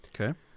Okay